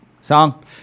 Song